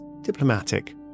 diplomatic